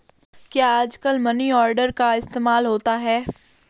क्या आजकल money order का इस्तेमाल होता है?